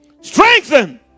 strengthen